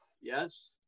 Yes